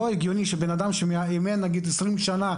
לא הגיוני שאדם שאימן במשך 20 שנה,